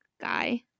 guy